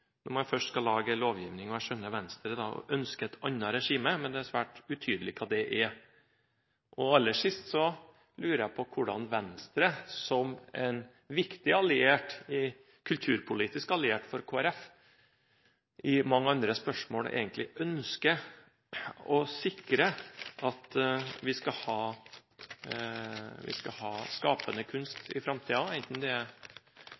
når man først skal lage en lovgivning. Jeg skjønner at Venstre ønsker et annet regime, men det er svært utydelig hva det er. Aller sist lurer jeg på hvordan Venstre som en viktig kulturpolitisk alliert for Kristelig Folkeparti i mange andre spørsmål egentlig ønsker å sikre at vi skal ha skapende kunst i framtiden, enten det er